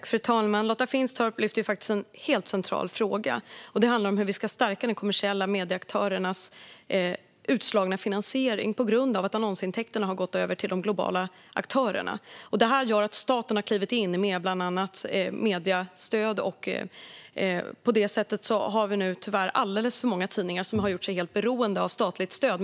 Fru talman! Lotta Finstorp lyfter upp en helt central fråga. Det handlar om hur vi ska stärka de kommersiella medieaktörernas utslagna finansiering på grund av att annonsintäkterna har gått över till de globala aktörerna. Staten har därför klivit in med bland annat mediestöd. På det sättet har alldeles för många tidningar tyvärr gjort sig helt beroende av statligt stöd.